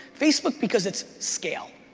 facebook, because it's scale.